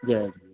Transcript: Jay Jhulelal